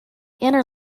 inner